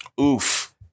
Oof